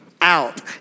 out